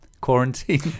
Quarantine